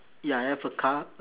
ya I have a car